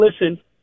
listen